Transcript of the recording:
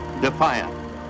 defiant